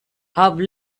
have